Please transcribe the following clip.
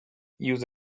use